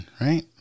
right